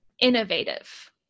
innovative